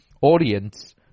audience